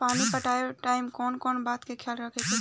पानी पटावे टाइम कौन कौन बात के ख्याल रखे के पड़ी?